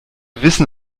wissen